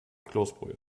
kloßbrühe